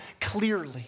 clearly